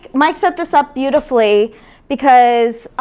mike set this up beautifully because,